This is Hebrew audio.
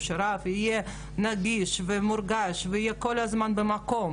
אני אגיד מה קורה בשירות המדינה בהקשר הזה.